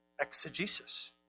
exegesis